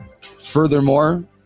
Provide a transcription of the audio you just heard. Furthermore